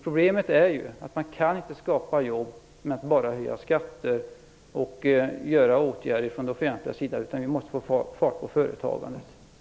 Problemet är ju att man inte kan skapa jobb med att bara höja skatter och vidta åtgärder från det offentligas sida, utan vi måste få fart på företagandet.